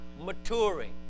maturing